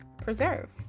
preserve